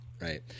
Right